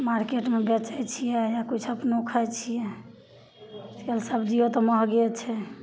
मारकेटमे बेचै छिए आओर किछु अपनो खाइ छिए आइकाल्हि सबजिओ तऽ महगे छै